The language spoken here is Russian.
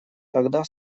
тогда